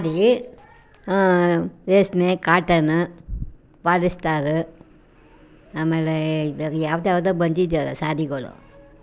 ನನಗೆ ರೇಷ್ಮೆ cotton polyester ಆಮೇಲೆ ಇದು ಯಾವ್ದು ಯಾವುದೋ ಬಂದಿದೆಯಲ್ಲ ಸಾರಿಗಳು